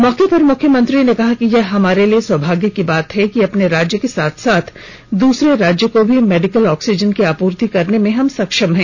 मौके पर मुख्यमंत्री ने कहा कि यह हमारे लिए सौभाग्य की बात है कि अपने राज्य के साथ साथ दूसरे राज्य को भी मेडिकल ऑक्सीजन की आपूर्ति करने में सक्षम हैं